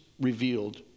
revealed